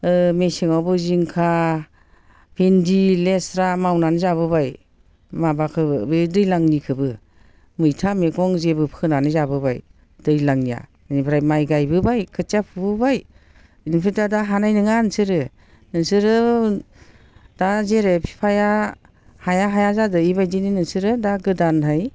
मेसेङावबो जिंखा भिनदि लेस्रा मावनानै जाबोबाय माबाखौ बे दैज्लांनिखौबो मैथा मैगं जेबो फोनानै जाबोबाय दैज्लांनिया बेनिफ्राय माइ गायबोबाय खोथिया फुबोबाय बेनिफ्रायथ' दा हानाय नङा नोंसोरो नोंसोरो दा जेरै बिफाया हाया हाया जादों बेबायदिनो नोंसोरो दा गोदानयै